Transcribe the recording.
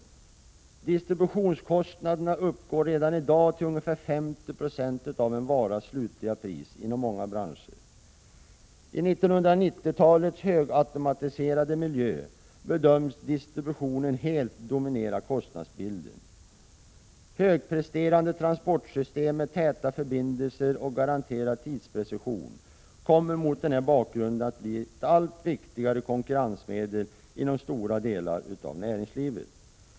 Distributionskostnaderna uppgår redan i dag till ungefär 50 96 av en varas slutliga pris inom många branscher. I 1990-talets högautomatiserade miljö bedöms distributionen helt dominera kostnadsbilden. Högpresterande transportsystem med täta förbindelser och garanterad tidsprecision kommer mot den bakgrunden att bli ett allt viktigare konkurrensmedel inom stora delar av näringslivet.